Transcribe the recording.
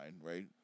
right